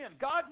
God